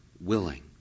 willing